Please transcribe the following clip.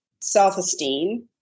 self-esteem